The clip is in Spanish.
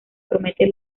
promete